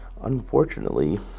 Unfortunately